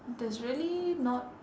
there's really not